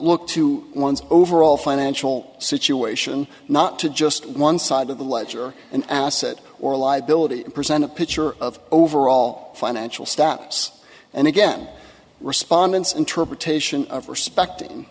look to one's overall financial situation not to just one side of the ledger an asset or liability present a picture of overall financial steps and again respondents interpretation of respecting